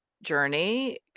journey